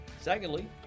Secondly